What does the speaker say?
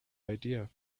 idea